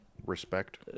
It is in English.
Respect